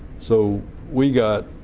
so we got